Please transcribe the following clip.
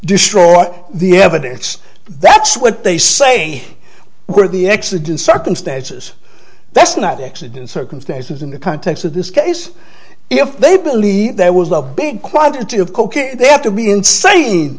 destroy the evidence that's what they say were the exigent circumstances that's not exigent circumstances in the context of this case if they believe there was a big quantity of cocaine they have to be insane